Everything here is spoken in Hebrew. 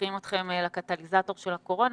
והופכים אתכם לקטליזטור של הקורונה,